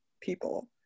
people